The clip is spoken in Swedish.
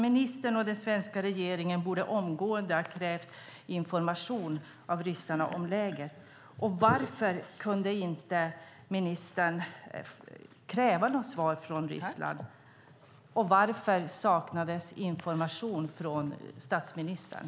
Ministern och den svenska regeringen borde omgående ha krävt information av ryssarna om läget. Varför kunde inte ministern kräva svar från Ryssland? Varför saknades information från statsministern?